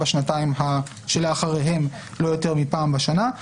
בשנתיים שלאחריהן לא יותר מפעם בשנה,